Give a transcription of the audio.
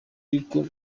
ariko